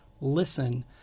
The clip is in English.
listen